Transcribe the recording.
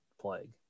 plague